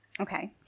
okay